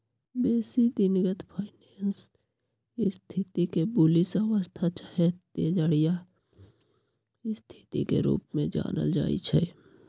बेशी दिनगत फाइनेंस स्थिति के बुलिश अवस्था चाहे तेजड़िया स्थिति के रूप में जानल जाइ छइ